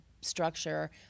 structure